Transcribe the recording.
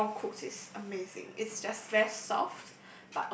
this stall cooks is amazing it's just very soft